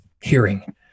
hearing